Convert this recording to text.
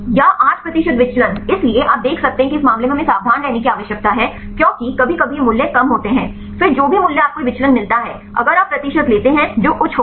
या 8 प्रतिशत विचलन इसलिए आप देख सकते हैं कि इस मामले में हमें सावधान रहने की आवश्यकता है क्योंकि कभी कभी ये मूल्य कम होते हैं फिर जो भी मूल्य आपको यह विचलन मिलता है अगर आप प्रतिशत लेते हैं जो उच्च होगा